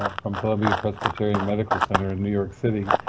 from columbia presbyterian medical center of new york city,